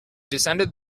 descended